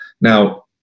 Now